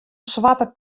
swarte